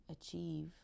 achieve